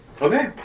Okay